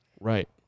Right